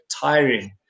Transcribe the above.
tiring